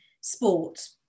sport